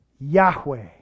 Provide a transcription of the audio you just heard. Yahweh